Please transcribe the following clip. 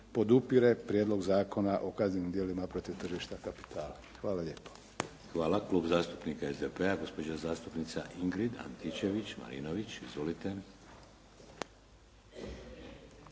podupire Prijedlog Zakona o kaznenim djelima protiv tržišta kapitala. Hvala lijepo. **Šeks, Vladimir (HDZ)** Hvala. Klub zastupnika SDP-a, gospođa zastupnica Ingrid Antičević Marinović. Izvolite.